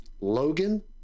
Logan